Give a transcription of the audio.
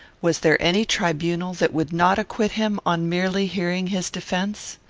was there any tribunal that would not acquit him on merely hearing his defence?